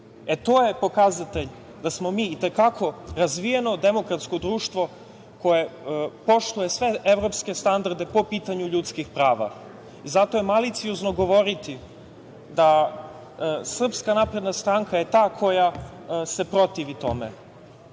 To je pokazatelj da smo mi i te kako razvijeno demokratsko društvo koje poštuje sve evropske standarde po pitanju ljudskih prava. Zato je maliciozno govoriti da je SNS ta koja se protivi tome.